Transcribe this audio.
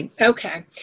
Okay